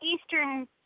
eastern